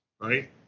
right